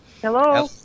Hello